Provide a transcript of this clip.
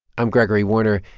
i'm gregory warner.